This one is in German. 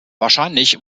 wahrscheinlich